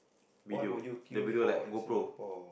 video the video like GoPro